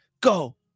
Go